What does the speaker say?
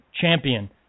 champion